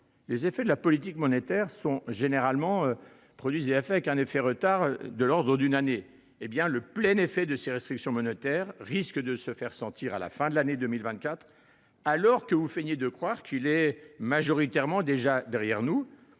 générale, les politiques monétaires produisent un effet retard de l’ordre d’une année. Le plein effet de ces restrictions monétaires risque donc se faire sentir d’ici à la fin de l’année 2024, alors que vous feignez de croire qu’il est déjà majoritairement derrière nous.